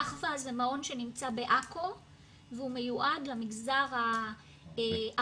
'אחווה' זה מעון שנמצא בעכו והוא מיועד למגזר הערבי.